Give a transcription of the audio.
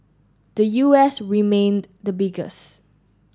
the U S remained the biggest